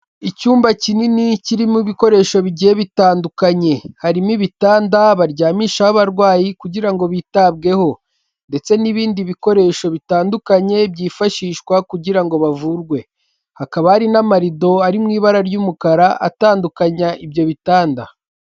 Icyumba kinini kirimo ibikoresho bigiye bitandukanye. Harimo ibitanda baryamishaho abarwayi, kugira ngo bitabweho. Ndetse n'ibindi bikoresho bitandukanye, byifashishwa kugira ngo bavurwe. Hakaba hari n'amarido ari mu ibara ry'umukara, atandukanya ibyo bitanda.